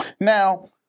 Now